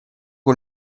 con